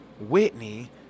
whitney